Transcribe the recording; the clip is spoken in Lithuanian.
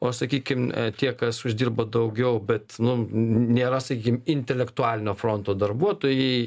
o sakykim tie kas uždirba daugiau bet nu nėra sakykim intelektualinio fronto darbuotojai